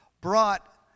brought